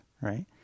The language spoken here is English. Right